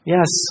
Yes